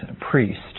priest